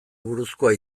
buruzkoa